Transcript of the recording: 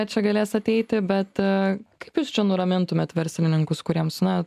čia galės ateiti bet kaip jūs čia nuramintumėt verslininkus kuriems na